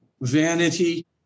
vanity